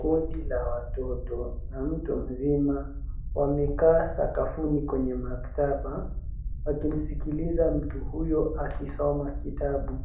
Kundi la watoto, na mtu mzima, wamekaa sakafuni kwenye maktaba wakimsikiliza mtu huyo akisoma kitabu.